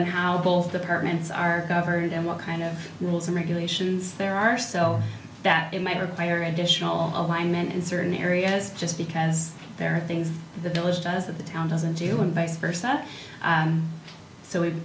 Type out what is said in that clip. on how both departments are governed and what kind of rules and regulations there are so that it might require additional alignment in certain areas just because there are things the village does that the town doesn't do impacts versa so we'd